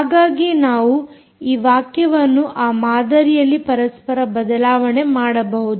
ಹಾಗಾಗಿ ನಾವು ಈ ವಾಕ್ಯವನ್ನು ಆ ಮಾದರಿಯಲ್ಲಿ ಪರಸ್ಪರ ಬದಲಾವಣೆ ಮಾಡಬಹುದು